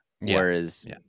Whereas